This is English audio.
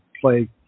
play